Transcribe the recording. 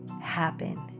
happen